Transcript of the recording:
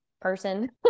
person